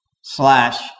Slash